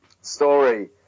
Story